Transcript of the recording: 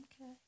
Okay